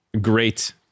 great